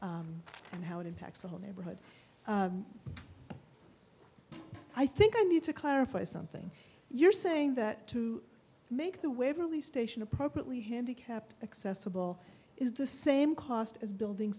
and how it impacts the whole neighborhood i think i need to clarify something you're saying that to make the waverley station appropriately handicapped accessible is the same cost as building